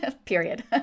Period